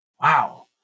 Wow